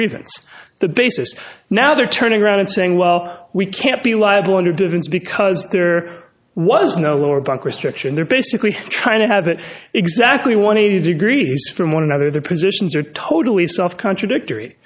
grievance the basis now they're turning around and saying well we can't be liable under difference because there was no lower bunk restriction they're basically trying to have it exactly one eighty degree from one another their positions are totally self contradictory